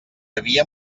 havia